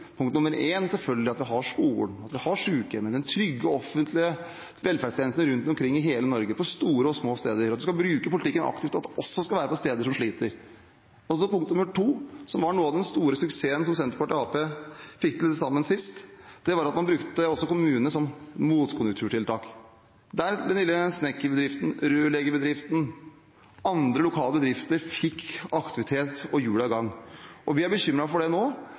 Punkt nummer én er selvfølgelig at vi har skolen, at vi har sykehjemmene, de trygge, offentlige velferdstjenestene rundt omkring i hele Norge, på store og små steder, og at vi skal bruke politikken aktivt til at det også skal være på steder som sliter. Punkt nummer to – som var noe av den store suksessen som Senterpartiet og Arbeiderpartiet fikk til sammen sist – var at man brukte kommunene som motkonjunkturtiltak. Den lille snekkerbedriften, den lille rørleggerbedriften og andre lokale bedrifter fikk aktivitet og hjulene i gang. Vi er bekymret for at man nå